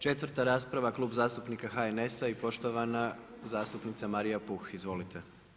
Četvrta rasprava Klub zastupnika HNS-a i poštovana zastupnica Marija Puh, izvolite.